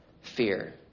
fear